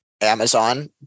Amazon –